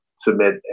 submit